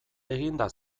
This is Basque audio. eginda